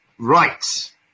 Right